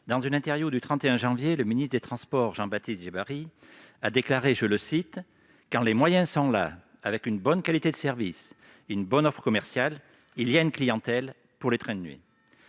dans une interview du 31 janvier dernier, le ministre des transports, Jean-Baptiste Djebbari, a déclaré :« Quand les moyens sont là avec une bonne qualité de service et la bonne offre commerciale, il y a une clientèle pour les trains de nuit. »